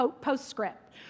postscript